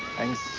thanks.